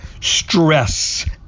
stress